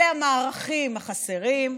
אלה המערכים החסרים,